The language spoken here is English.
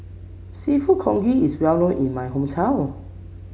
seafood congee is well known in my hometown